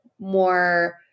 more